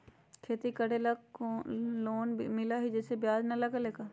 खेती करे ला लोन मिलहई जे में ब्याज न लगेला का?